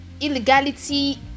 illegality